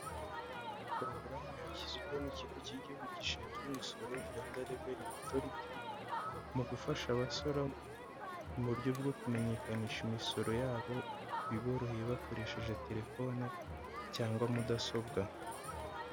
Porogaramu yashyizweho n'ikigo cy'igihugu gishinzwe imisoro Rwanda revennyu osorite mu gufasha abasora mu buryo bwo kumenyekanisha imisoro yabo biboroheye bakoresheje teefone cyangwa mudasobwa.